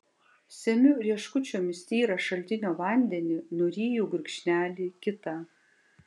semiu rieškučiomis tyrą šaltinio vandenį nuryju gurkšnelį kitą